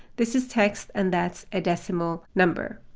this is text and that's a decimal number.